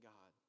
God